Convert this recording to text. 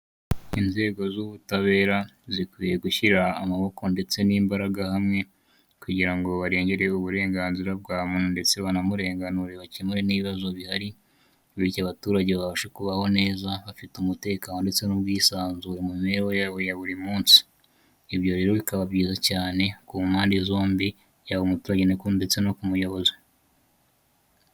Inzego z'ubutabera zikwiye gushyira amaboko ndetse n'imbaraga hamwe, kugira ngo barengerere uburenganzira bwa muntu ndetse banamurenganure bakemure n'ibibazo bihari , bityo abaturage babashe kubaho neza bafite umutekano ndetse n'ubwisanzure mu mibereho yabo ya buri munsi, ibyo rero bikaba byiza cyane ku mpande zombi yaba umuturege ndetse no ku muyobozi.